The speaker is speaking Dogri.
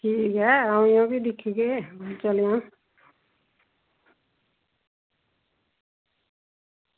ठीक ऐ आवेआं ते फ्ही दिक्खगे चलेआं